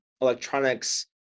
electronics